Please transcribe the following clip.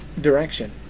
direction